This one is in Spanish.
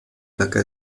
palanca